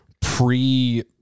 pre